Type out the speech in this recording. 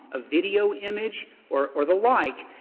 a video image or or the like,